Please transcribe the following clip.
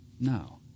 No